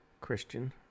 Christian